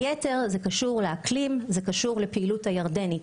היתר קשור לאקלים ולפעילות הירדנית.